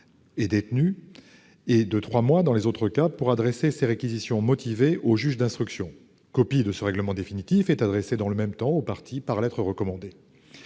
est détenue, ou de trois mois dans les autres cas pour adresser ses réquisitions motivées au juge d'instruction. Copie de ce règlement définitif est adressée dans le même temps aux parties par lettre recommandée.